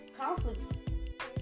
conflict